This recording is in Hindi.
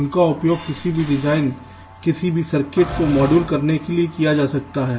उनका उपयोग किसी भी डिज़ाइन किसी भी सर्किट को मॉडल करने के लिए किया जा सकता है